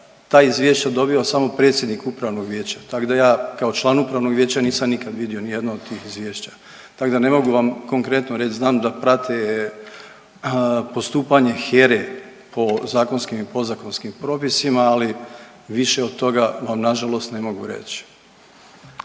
ta izvješća dobiva samo predsjednik upravnog vijeća tak da ja kao član upravnog vijeća nisam nikad vidio nijedno od tih izvješća tak ne mogu vam konkretno reć, znam da prate postupanje HERA-e po zakonskim i podzakonskim propisima, ali više od toga vam nažalost ne mogu reći.